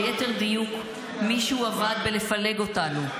ליתר דיוק, מישהו עבד בלפלג אותנו,